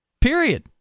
Period